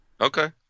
Okay